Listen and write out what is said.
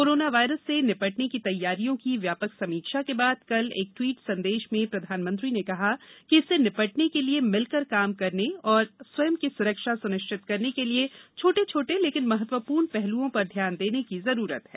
corona virus से निपटने की तैयारियों की व्यापक समीक्षा के बाद कल एक ट्वीट संदेश में प्रधानमंत्री ने कहा कि इससे निपटने के लिए मिलकर काम करने तथा स्वयं की सुरक्षा सुनिश्चित करने के लिए छोट छोटे लेकिन महत्वपूर्ण पहलुओं पर ध्यान देने की ज़रूरत है